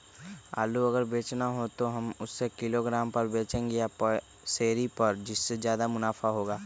आलू अगर बेचना हो तो हम उससे किलोग्राम पर बचेंगे या पसेरी पर जिससे ज्यादा मुनाफा होगा?